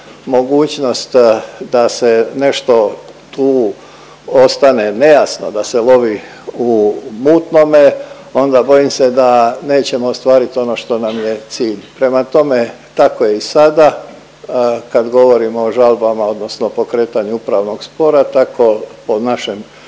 mogućnost da se nešto tu ostane nejasno, da se lovi u mutnome onda bojim se da nećemo ostvarit ono što nam je cilj. Prema tome, tako je i sada kad govorimo o žalbama odnosno pokretanju upravnog spora tako po našem